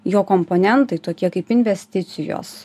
jo komponentai tokie kaip investicijos